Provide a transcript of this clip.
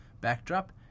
backdrop